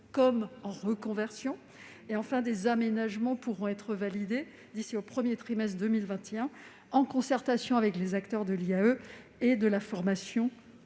comme en reconversion. Des aménagements pourront être validés d'ici au premier trimestre 2021, en concertation avec les acteurs de l'IAE et de la formation